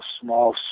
small